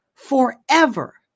Forever